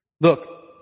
Look